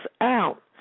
out